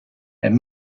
and